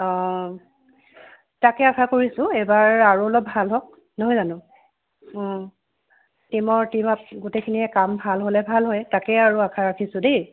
অ তাকে আশা কৰিছোঁ এইবাৰ আৰু অলপ ভাল হওক নহয় জানো টীমৰ গোটেইখিনিৰ কাম ভাল হ'লে ভাল হয় তাকে আৰু আশা ৰাখিছোঁ দেই